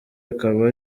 akaba